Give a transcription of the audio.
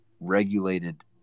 regulated